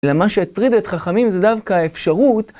למה שהטריד את חכמים זה דווקא האפשרות